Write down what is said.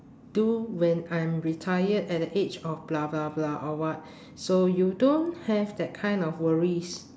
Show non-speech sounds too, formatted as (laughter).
do when I'm retired at the age of (noise) or what so you don't have that kind of worries